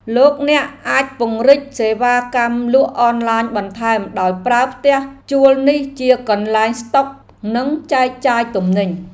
លោកអ្នកអាចពង្រីកសេវាកម្មលក់អនឡាញបន្ថែមដោយប្រើផ្ទះជួលនេះជាកន្លែងស្តុកនិងចែកចាយទំនិញ។